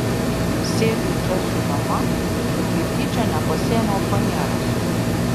sėdžiu čia su dama ir kaip tyčia nepasiėmiau faneros